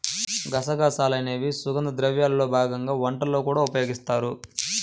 గసగసాలు అనేవి సుగంధ ద్రవ్యాల్లో భాగంగా వంటల్లో కూడా ఉపయోగిస్తారు